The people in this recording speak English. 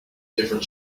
different